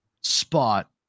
spot